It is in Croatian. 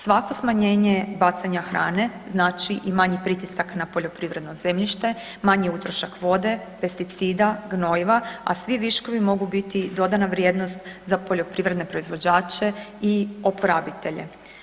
Svako smanjenje bacanja hrane znači i manji pritisak na poljoprivredno zemljište, manji utrošak vode, pesticida, gnojiva a svi viškovi mogu biti dodana vrijednost za poljoprivredne proizvođače i oporabitelje.